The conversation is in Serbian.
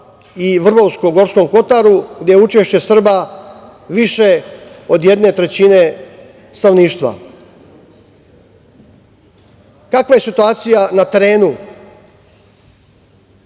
i Vrlovsko u Gorskom Kotaru gde je učešće Srba više od jedne trećine stanovništva. Kakva je situacija na terenu,